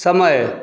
समय